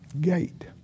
gate